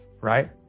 right